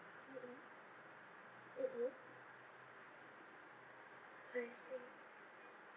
mmhmm mmhmm I see